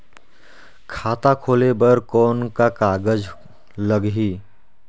खाता खोले बर कौन का कागज लगही?